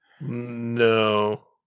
No